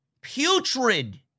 putrid